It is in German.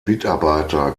mitarbeiter